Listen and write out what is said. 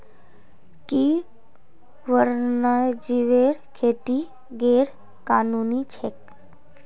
कि वन्यजीवेर खेती गैर कानूनी छेक?